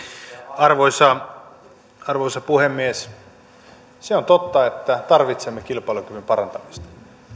arvoisa arvoisa puhemies se on totta että tarvitsemme kilpailukyvyn parantamista